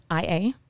IA